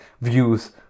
views